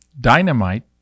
Dynamite